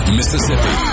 Mississippi